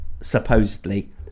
supposedly